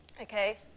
okay